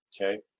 Okay